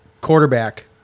quarterback